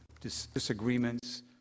disagreements